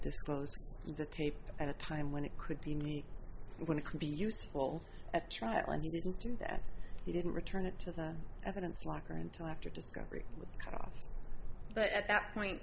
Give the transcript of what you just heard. disclose the tape at a time when it could be me when it could be useful at trial and he didn't do that he didn't return it to the evidence locker until after discovery was cut off but at that point